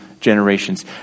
generations